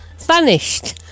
Vanished